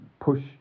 push